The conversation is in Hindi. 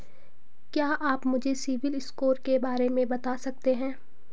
क्या आप मुझे सिबिल स्कोर के बारे में बता सकते हैं?